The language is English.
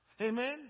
Amen